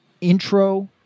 intro